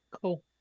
cool